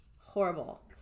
Horrible